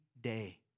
day